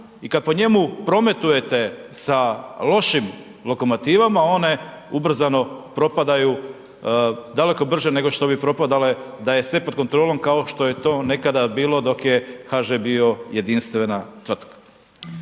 i kad po njemu prometujete sa lošim lokomotivama, one ubrzano propadaju, daleko brže nego što bi propadale da je sve pod kontrolom kao što je to nekada bio dok je HŽ bio jedinstvena tvrtka.